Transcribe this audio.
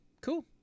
Cool